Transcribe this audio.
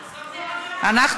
תשובה, זהו, רבותיי, סיימנו.